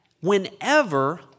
whenever